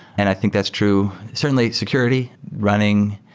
and i think that's true. certainly, security running.